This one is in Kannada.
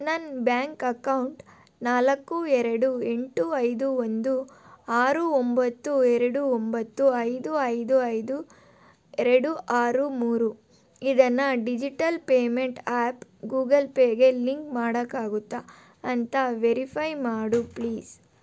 ನನ್ನ ಬ್ಯಾಂಕ್ ಅಕೌಂಟ್ ನಾಲ್ಕು ಎರಡು ಎಂಟು ಐದು ಒಂದು ಆರು ಒಂಬತ್ತು ಎರಡು ಒಂಬತ್ತು ಐದು ಐದು ಐದು ಎರಡು ಆರು ಮೂರು ಇದನ್ನು ಡಿಜಿಟಲ್ ಪೇಮೆಂಟ್ ಆ್ಯಪ್ ಗೂಗಲ್ ಪೇಗೆ ಲಿಂಕ್ ಮಾಡೋಕ್ಕಾಗುತ್ತಾ ಅಂತ ವೆರಿಫೈ ಮಾಡು ಪ್ಲೀಸ್